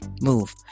move